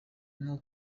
nko